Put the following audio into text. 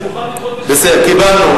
קיבלנו.